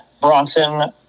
Bronson